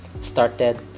started